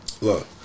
look